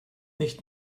nicht